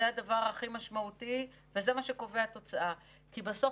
זה הדבר הכי משמעותי וזה מה שקובע תוצאה כי בסוף,